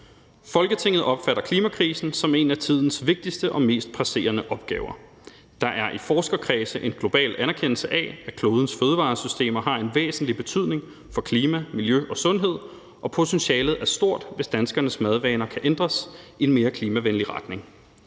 »Folketinget opfatter klimakrisen som en af tidens vigtigste og mest presserende opgaver. Der er i forskerkredse en global anerkendelse af, at klodens fødevaresystemer har en væsentlig betydning for klima, miljø og sundhed, og potentialet er stort, hvis danskernes madvaner kan ændres i en mere klimavenlig retning.